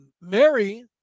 Mary